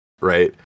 Right